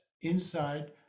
inside